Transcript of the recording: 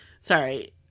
sorry